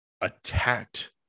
attacked